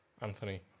Anthony